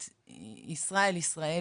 לתכנים פורנוגרפיים באתרים הפיראטיים האלה.